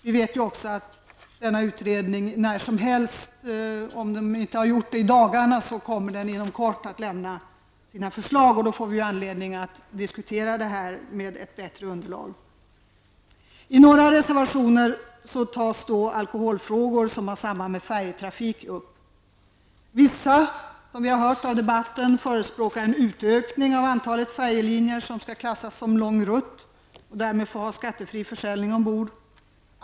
Vi vet också att denna utredning inom kort kommer att avge sina förslag, om det inte har skett nu i dagarna, och då får vi anledning att diskutera dessa frågor med ett bättre underlag. I några reservationer tas de alkoholfrågor som har samband med färjetrafiken upp. Vi har hört att vissa motionärer och reservanter förespråkar en utökning av de färjelinjer som klassas som lång rutt och därmed får ha skattefri försäljning ombord.